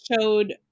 showed